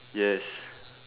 yes